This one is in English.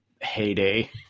heyday